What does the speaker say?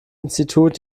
institut